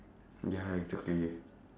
ya exactly